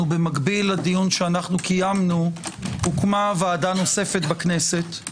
במקביל לדיון שקיימנו הוקמה ועדה נוספת בכנסת,